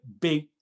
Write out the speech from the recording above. big